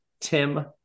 Tim